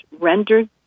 rendered